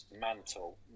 Mantle